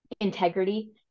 integrity